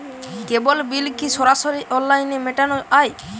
কেবল bill কি সরাসরি অনলাইনে মেটানো য়ায়?